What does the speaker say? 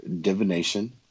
divination